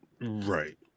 Right